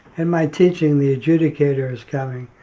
in my teaching, the adjudicator is coming,